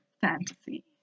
Fantasy